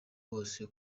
wose